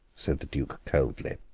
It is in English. said the duke coldly,